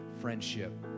friendship